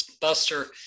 buster